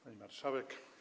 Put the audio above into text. Pani Marszałek!